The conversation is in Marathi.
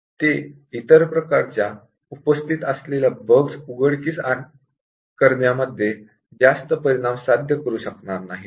ते इतर प्रकारच्या बग उघडकीस आणण्यामध्ये जास्त परिणाम साध्य करू शकणार नाहीत